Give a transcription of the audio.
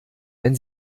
wenn